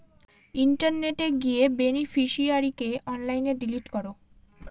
ইন্টারনেটে গিয়ে বেনিফিশিয়ারিকে অনলাইনে ডিলিট করো